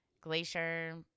glacier